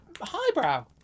highbrow